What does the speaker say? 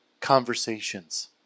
conversations